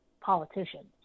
politicians